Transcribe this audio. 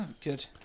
good